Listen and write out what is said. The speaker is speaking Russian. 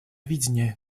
видения